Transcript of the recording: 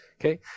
okay